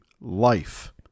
life